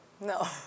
No